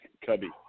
Cubby